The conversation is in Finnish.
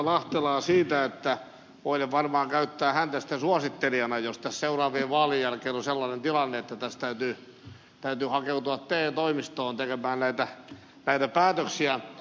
lahtelaa siitä että voinen varmaan käyttää häntä sitten suosittelijana jos tässä seuraavien vaalien jälkeen on sellainen tilanne että tässä täytyy hakeutua te toimistoon tekemään näitä päätöksiä